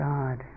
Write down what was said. God